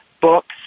books